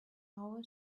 our